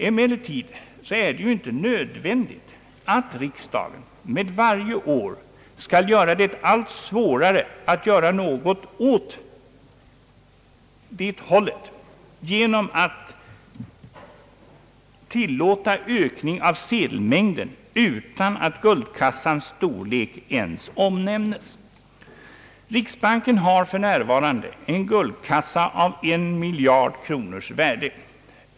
Emellertid är det ju inte nödvändigt att riksdagen med varje år skall göra det allt svårare att göra något åt det hållet genom att tillåta ökning av sedelmängden utan att guldkassans storlek ens omnämnes. Riksbanken har för närvarande en guldkassa av 1 miljard kronors värde.